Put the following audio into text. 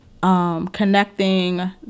Connecting